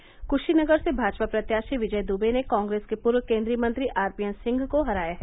क्शीनगर से भाजपा प्रत्याशी विजय दूबे ने कॉग्रेस के पूर्व केन्द्रीय मंत्री आर पी एन सिंह को हराया है